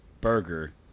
burger